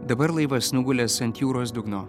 dabar laivas nugulęs ant jūros dugno